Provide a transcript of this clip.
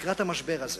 לקראת המשבר הזה,